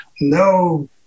no